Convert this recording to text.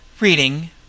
Reading